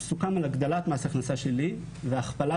סוכם על הגדלת מס הכנסה שלילי והכפלת